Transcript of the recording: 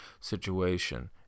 situation